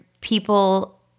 people